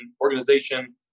organization